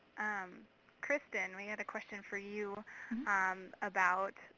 um kristin, we had a question for you um about,